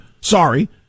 sorry